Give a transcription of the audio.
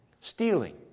Stealing